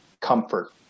comfort